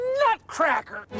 nutcracker